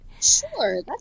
Sure